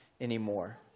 anymore